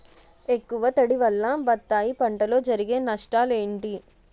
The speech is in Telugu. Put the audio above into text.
ఎక్కువ తడి వల్ల బత్తాయి పంటలో జరిగే నష్టాలేంటి?